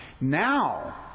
Now